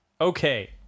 Okay